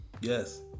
Yes